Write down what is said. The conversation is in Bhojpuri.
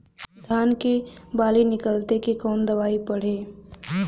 धान के बाली निकलते के कवन दवाई पढ़े?